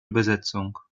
übersetzung